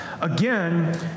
Again